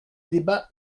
débat